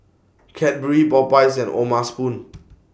Cadbury Popeyes and O'ma Spoon